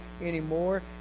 anymore